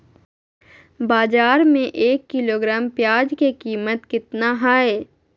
बाजार में एक किलोग्राम प्याज के कीमत कितना हाय?